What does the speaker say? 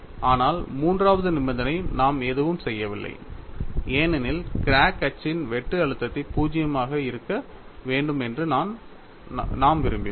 ஆனால் மூன்றாவது நிபந்தனை நாம் எதுவும் செய்யவில்லை ஏனெனில் கிராக் அச்சின் வெட்டு அழுத்தத்தை 0 ஆக இருக்க வேண்டும் என்று நாம் விரும்பினோம்